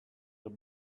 that